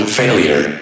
failure